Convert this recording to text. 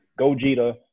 Gogeta